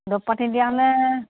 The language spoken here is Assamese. দৰৱ পাতি দিয়া হ'লে